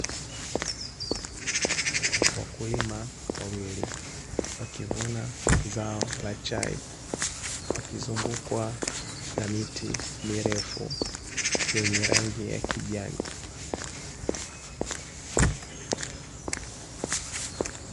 Wakulima wawili wakivuna zao la chai, wakizungukwa na miti mirefu yenye rangi ya kijani.